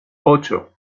ocho